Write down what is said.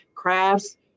crafts